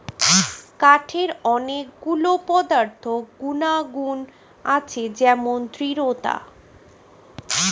কাঠের অনেক গুলো পদার্থ গুনাগুন আছে যেমন দৃঢ়তা